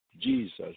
Jesus